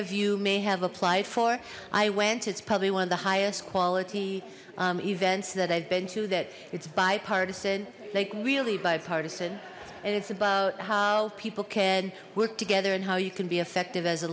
of you may have applied for i went it's probably one of the highest quality events that i've been to that it's bipartisan like really bipartisan and it's about how people can work together and how you can be effective as